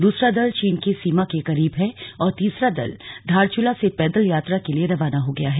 दूसरा दल चीन के सीमा के करीब है और तीसरा दल धारचूला से पैदल यात्रा के लिए रवाना हो गया है